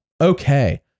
Okay